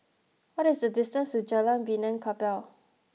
what is the distance to Jalan Benaan Kapal